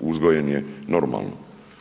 uzgojen je normalno.